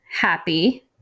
happy